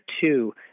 two